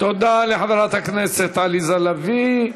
תודה לחברת הכנסת עליזה לביא.